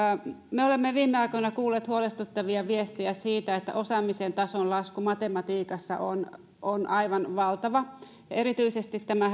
me olemme viime aikoina kuulleet huolestuttavia viestejä siitä että osaamisen tason lasku matematiikassa on on aivan valtava ja erityisesti tämä